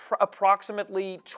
approximately